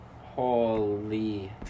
Holy